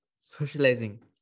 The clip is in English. Socializing